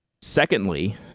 Secondly